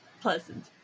pleasant